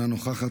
אינה נוכחת,